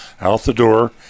out-the-door